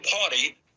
Party